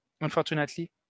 unfortunately